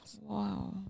Wow